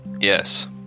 Yes